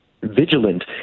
vigilant